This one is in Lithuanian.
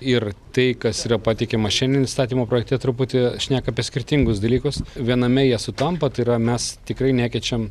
ir tai kas yra pateikiama šiandien įstatymo projekte truputį šneka apie skirtingus dalykus viename jie sutampa tai yra mes tikrai nekeičiam